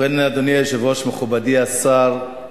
ובכן, אדוני היושב-ראש, מכובדי השר,